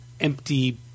empty